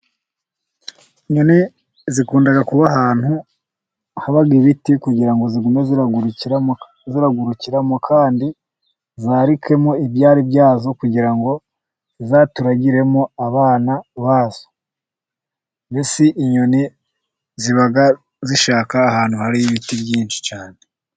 Inyoni zikunda kuba ahantu haba ibiti, kugira ngo zigume ziragurukiramo kandi zarikemo ibyari byazo, kugira ngo zizaturagiremo abana bazo, mbese inyoni ziba zishaka, ahantu hari ibiti byinshi cyane.